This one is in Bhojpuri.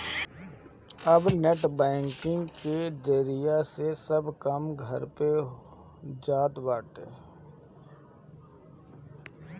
अब नेट बैंकिंग के जरिया से सब काम घरे से हो जात बाटे